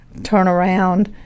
turnaround